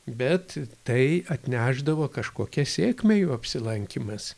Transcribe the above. bet tai atnešdavo kažkokią sėkmę jų apsilankymas